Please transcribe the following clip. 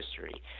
History